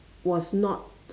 was not